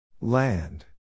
Land